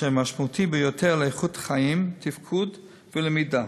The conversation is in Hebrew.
שהיא משמעותית ביותר לאיכות חיים, לתפקוד וללמידה.